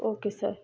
okay sir